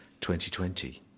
2020